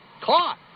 Caught